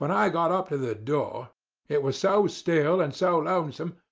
but i got up to the door it was so still and so lonesome,